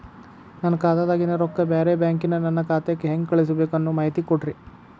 ನನ್ನ ಖಾತಾದಾಗಿನ ರೊಕ್ಕ ಬ್ಯಾರೆ ಬ್ಯಾಂಕಿನ ನನ್ನ ಖಾತೆಕ್ಕ ಹೆಂಗ್ ಕಳಸಬೇಕು ಅನ್ನೋ ಮಾಹಿತಿ ಕೊಡ್ರಿ?